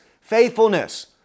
faithfulness